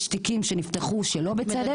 יש תיקים שנפתחו שלא בצדק.